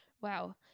Wow